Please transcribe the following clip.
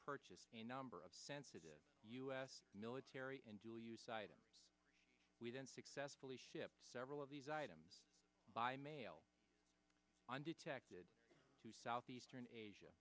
purchase a number of sensitive u s military and dual use we didn't successfully ship several of these items by mail undetected to southeastern asia